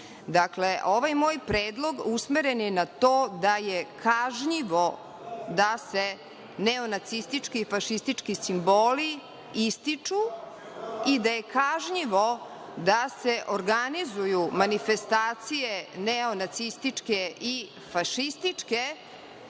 ovo?)Dakle, ovaj moj predlog usmeren je na to da je kažnjivo da se neonacistički i fašistički simboli ističu i da je kažnjivo da se organizuju manifestacije neonacističke i fašističke